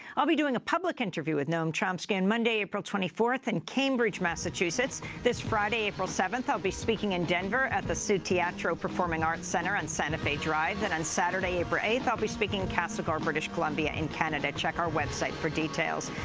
i'll be doing a public interview with noam chomsky on monday, april twenty fourth, in cambridge, massachusetts. this friday, april seventh, i'll be speaking in denver at the su teatro performing arts center on santa fe drive. then, on saturday, april eighth, i'll be speaking in castlegar, british columbia in canada. check our website for details.